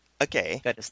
Okay